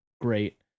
great